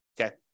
okay